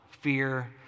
fear